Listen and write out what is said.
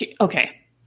okay